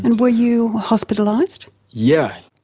and were you hospitalised? yeah,